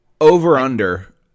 Over-under